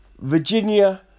Virginia